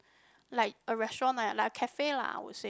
like a restaurant like like a cafe lah I would say